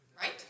right